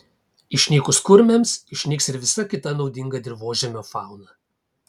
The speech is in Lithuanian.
išnykus kurmiams išnyks ir visa kita naudinga dirvožemio fauna